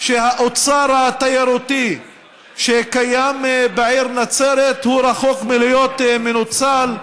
שהאוצר התיירותי שקיים בעיר נצרת רחוק מלהיות מנוצל.